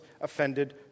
offended